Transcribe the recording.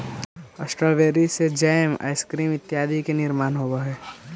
strawberry से jam, ice cream इत्यादि के निर्माण होवऽ हइ